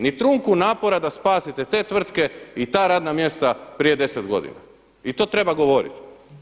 Ni trunku napora da spasite te tvrtke i ta radna mjesta prije 10 godina i to treba govoriti.